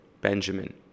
Benjamin